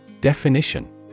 Definition